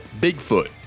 Bigfoot